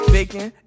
Bacon